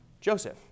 Joseph